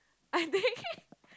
I think